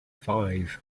five